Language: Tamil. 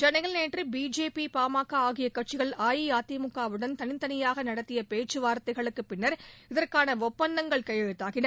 சென்னையில் நேற்று பிஜேபி பாமக ஆகிய கட்சிகள் அதிமுகவுடன் தனித்தனியாக நடத்திய பேச்சுவார்த்தைகளுக்கு பின்னர் இதற்கான ஒப்பந்தங்கள் கையெழுத்தாகின